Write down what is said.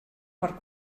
per